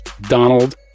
Donald